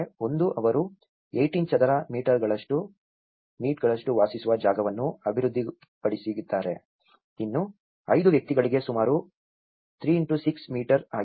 ಒಂದು ಅವರು 18 ಚದರ ಮೀಟರ್ಗಳಷ್ಟು ವಾಸಿಸುವ ಜಾಗವನ್ನು ಅಭಿವೃದ್ಧಿಪಡಿಸಿದ್ದಾರೆ ಇದು 5 ವ್ಯಕ್ತಿಗಳಿಗೆ ಸುಮಾರು 36 ಮೀಟರ್ ಆಗಿದೆ